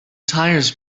tires